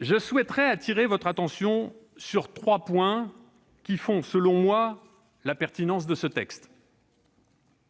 Je souhaite attirer votre attention sur trois points qui font, selon moi, la pertinence de ce texte.